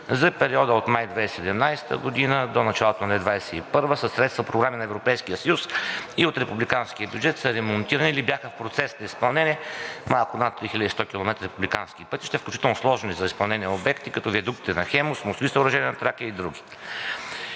За периода от май 2017 г. до началото на 2021 г. със средства от програми на Европейския съюз и от републиканския бюджет са ремонтирани или бяха в процес на изпълнение малко над 3100 км републикански пътища, включително сложни за изпълнение обекти, като виадуктите на „Хемус“, мостови съоръжения на „Тракия“ и други.